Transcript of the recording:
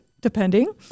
depending